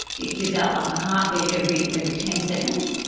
it gives out like a heartbeat every every ten seconds.